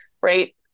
right